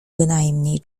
bynajmniej